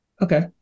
Okay